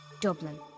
Dublin